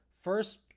first